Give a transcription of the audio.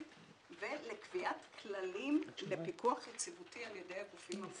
ולקביעת כללים לפיקוח יציבותי על ידי הגופים המפוקחים.